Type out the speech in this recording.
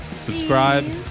Subscribe